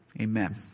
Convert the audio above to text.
Amen